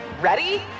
Ready